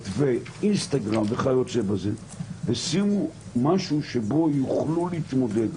ואינטרנט ואינסטגרם וכיוצא בזה ושימו משהו שבו יוכלו להתמודד.